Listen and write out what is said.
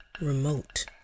remote